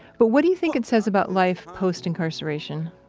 but what do you think it says about life postincarceration?